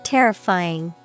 Terrifying